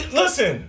listen